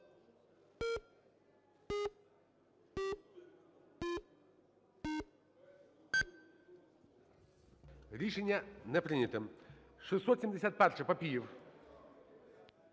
Рішення не прийнято. 671-а. Папієв.